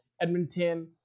Edmonton